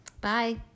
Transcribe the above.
Bye